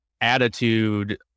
attitude